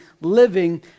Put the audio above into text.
living